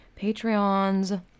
Patreon's